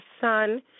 son